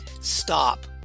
Stop